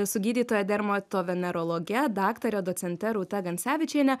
su gydytoja dermatovenerologe daktare docente rūta gancevičiene